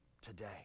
today